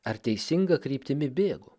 ar teisinga kryptimi bėgu